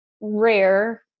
rare